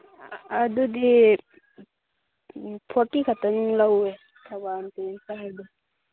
ꯑꯗꯨꯗꯤ ꯐꯣꯔꯇꯤ ꯈꯛꯇꯪ ꯂꯧꯋꯦ ꯊꯧꯕꯥꯜ ꯇꯨ ꯏꯝꯐꯥꯜꯗꯤ